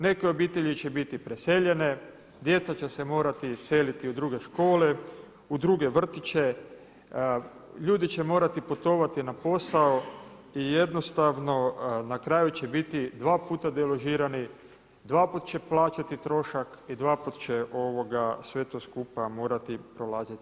Neke obitelji će biti preseljene, djeca će se morati iseliti u druge škole, u druge vrtiće, ljudi će morati putovati na posao i jednostavno na kraju će biti dva puta deložirani, dva put će plaćati trošak i dva put će sve to skupa prolaziti.